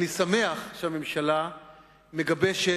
אני שמח שהממשלה מגבשת,